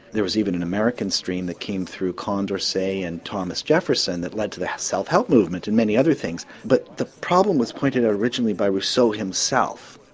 there was even an american stream that came through count d'orsay and thomas jefferson that led to the self help movement and many other things. but the problem was pointed at originally by rousseau himself,